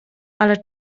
ale